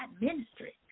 ministry